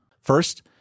First